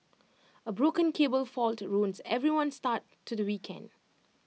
A broken cable fault ruined everyone's start to the weekend